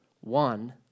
One